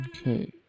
Okay